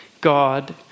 God